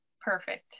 Perfect